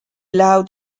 loud